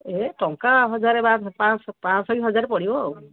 ଏ ଟଙ୍କା ହଜାରେ ବା ପାଞ୍ଚ ଶହ ପାଞ୍ଚ ଶହ କି ହଜାରେ ପଡ଼ିବ ଆଉ